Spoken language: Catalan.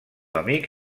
amic